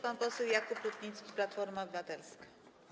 Pan poseł Jakub Rutnicki, Platforma Obywatelska.